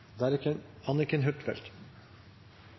Komitéleiaren, Anniken Huitfeldt,